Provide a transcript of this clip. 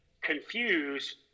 confuse